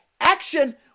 action